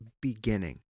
beginning